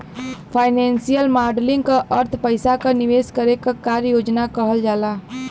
financial modelling क अर्थ पइसा क निवेश करे क कार्य योजना कहल जाला